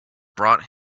brought